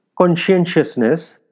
conscientiousness